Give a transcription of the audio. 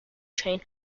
chain